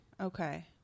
okay